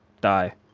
die